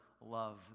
love